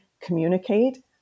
communicate